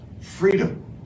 freedom